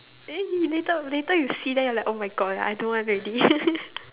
then he later later you see then you're like oh-my-God I don't want already